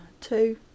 Two